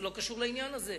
זה לא קשור לעניין הזה.